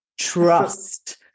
Trust